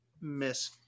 Miss